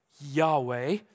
Yahweh